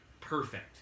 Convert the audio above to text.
perfect